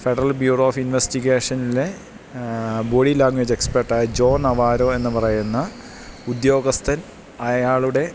federal bureau of ഇൻവെസ്റ്റിഗേഷനിലെ body ലാങ്വേജെക്സ്പ്പേട്ടായ Joe Navarro എന്നു പറയുന്ന ഉദ്യോഗസ്ഥൻ അയാളുടെ